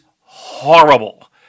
horrible